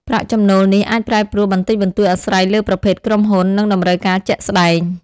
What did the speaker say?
ប្រាក់ចំណូលនេះអាចប្រែប្រួលបន្តិចបន្តួចអាស្រ័យលើប្រភេទក្រុមហ៊ុន និងតម្រូវការជាក់ស្តែង។